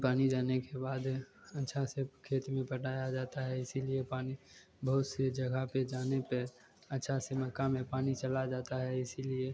पानी जाने के बाद अच्छा से खेत में पटाया जाता है इसी लिए पानी बहुत सी जगह पर जाने पर अच्छे से मक्के में पानी चला जाता है इसी लिए